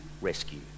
rescue